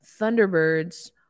Thunderbirds